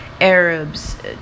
arabs